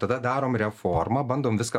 tada darom reformą bandom viską